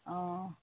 অঁ